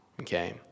okay